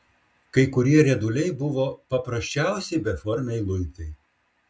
kai kurie rieduliai buvo paprasčiausi beformiai luitai